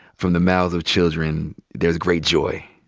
from the mouths of children, there's great joy.